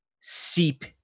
seep